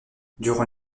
durant